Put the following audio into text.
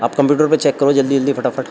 computer پر check کرو جلدی جلدی فٹافٹ